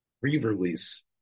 re-release